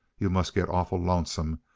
yuh must git awful lonesome,